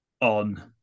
on